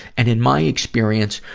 and in my experience,